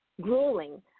Grueling